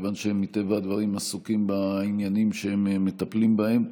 מכיוון שהם מטבע הדברים עסוקים בעניינים שהם מטפלים בהם.